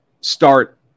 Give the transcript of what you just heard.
start